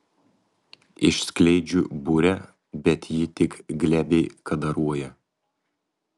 išskleidžiu burę bet ji tik glebiai kadaruoja